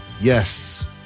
yes